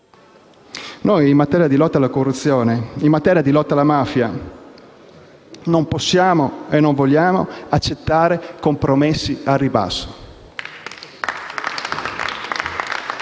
Noi in materia di lotta alla corruzione e alla mafia non possiamo e non vogliamo accettare compromessi al ribasso.